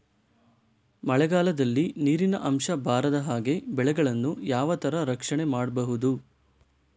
ಮಳೆಗಾಲದಲ್ಲಿ ನೀರಿನ ಅಂಶ ಬಾರದ ಹಾಗೆ ಬೆಳೆಗಳನ್ನು ಯಾವ ತರ ರಕ್ಷಣೆ ಮಾಡ್ಬಹುದು?